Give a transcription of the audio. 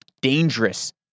dangerous